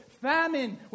famine